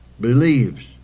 believes